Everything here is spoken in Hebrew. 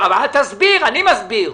אל תסביר, אני מסביר.